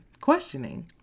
questioning